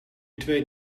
twee